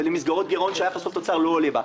ולמסגרות גירעון שהיחס חוב-תוצר לא עולה בה.